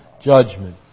judgment